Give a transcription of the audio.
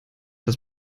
das